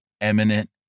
eminent